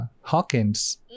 Hawkins